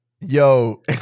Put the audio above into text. Yo